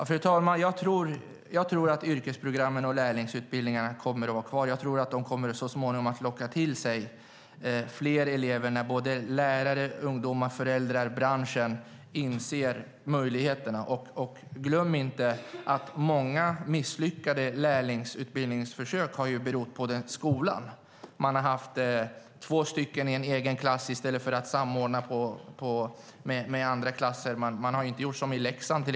Fru talman! Jag tror att yrkesprogrammen och lärlingsutbildningarna kommer att vara kvar och att de så småningom - när ungdomar, föräldrar och branschen inser möjligheterna - lockar till sig fler elever. Glöm inte att många misslyckade lärlingsutbildningsförsök berott på skolan, på att man haft två elever i en egen klass i stället för att samordna med andra klasser. Man har inte gjort som i Leksand.